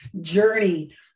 journey